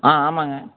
ஆ ஆமாங்க